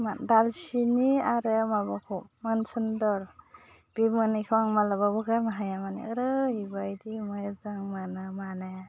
मा दालसिनि आरो माबाखौ मन सुन्दर बे मोननैखौ आं मालाबाबो गारनो हाया माने ओरैबायदि मोजां मोनो माने